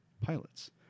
Pilots